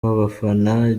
w’abafana